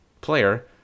player